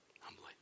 humbly